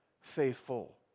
faithful